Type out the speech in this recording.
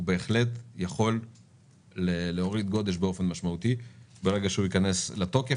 הוא בהחלט יכול להוריד גודש באופן משמעותי ברגע שהוא ייכנס לתוקף,